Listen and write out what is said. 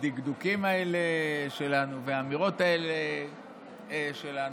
הדקדוקים האלה שלנו והאמירות האלה שלנו?